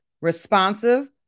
responsive